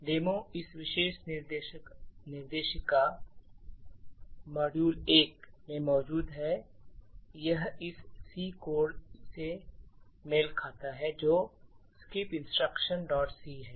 demo इस विशेष निर्देशिका nptel codes मॉड्यूल 1 में मौजूद है और यह इस C कोड से मेल खाता है जो Skipinstructionc है